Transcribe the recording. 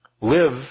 Live